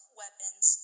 weapons